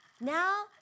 Now